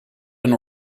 and